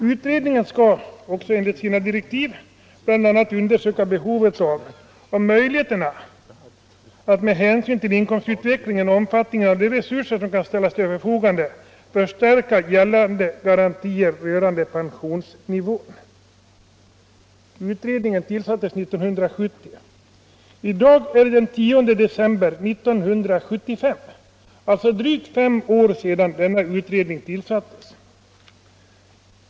Utredningen skall enligt sina direktiv ”undersöka behovet av och möjligheterna att med hänsyn till inkomstutvecklingen och omfattningen av de resurser som kan ställas till förfogande förstärka de garantier rörande pensionsnivån som följer av nu gällande bestämmelser”. Utredningen tillsattes 1970. I dag är det den 10 december 1975, alltså drygt fem år sedan utredningen tillsattes.